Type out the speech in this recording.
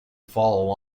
fall